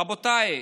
רבותיי,